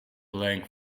blank